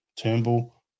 Turnbull